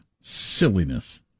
silliness